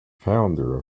founder